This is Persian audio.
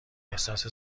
احساس